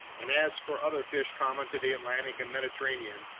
and as for other fish common to the atlantic and mediterranean,